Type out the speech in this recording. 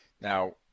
Now